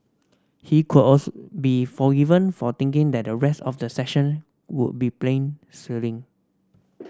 he could also be forgiven for thinking that the rest of the session would be plain sailing